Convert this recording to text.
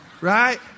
Right